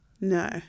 No